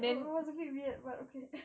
it was a bit weird but okay